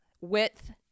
width